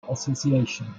association